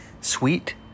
Sweet